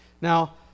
Now